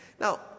Now